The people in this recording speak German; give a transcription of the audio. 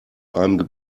einem